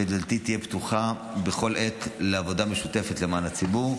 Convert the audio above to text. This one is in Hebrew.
ודלתי תהיה פתוחה בכל עת לעבודה משותפת למען הציבור.